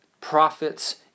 prophets